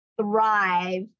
thrive